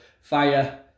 fire